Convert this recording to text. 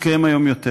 מתקיים היום יותר.